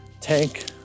tank